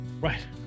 Right